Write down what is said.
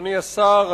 אדוני השר.